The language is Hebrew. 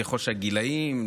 ככל שהגילים,